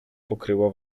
pokryła